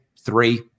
three